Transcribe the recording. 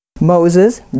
Moses